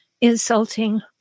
insulting